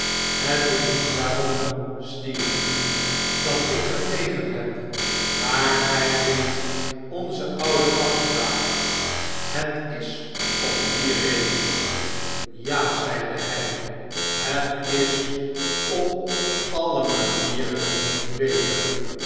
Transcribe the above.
het is niet daarom stephen dat ik er tegen heb maar gij weet onze oude afspraak het is om die reden ja zeide hij het is op alle manieren beter